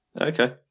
okay